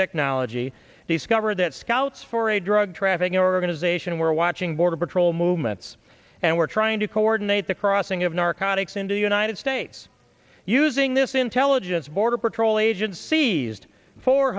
technology discovered that scouts for a drug trafficking organization were watching border patrol movements and were trying to coordinate the crossing of narcotics into the united states using this intelligence border patrol agen